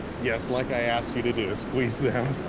yes, like i asked you to do squeeze them